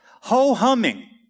ho-humming